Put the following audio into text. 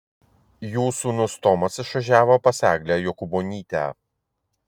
jų sūnus tomas išvažiavo pas eglę jokūbonytę